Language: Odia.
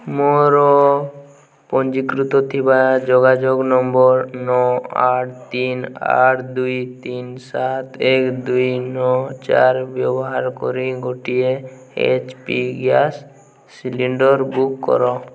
ମୋର ପଞ୍ଜୀକୃତ ଥିବା ଯୋଗାଯୋଗ ନମ୍ବର ନଅ ଆଠ ତିନି ଆଠ ଦୁଇ ତିନି ସାତ ଏକ ଦୁଇ ନଅ ଚାରି ବ୍ୟବାହାର କରି ଗୋଟିଏ H P gas cylinder book କର